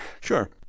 Sure